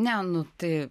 ne nu tai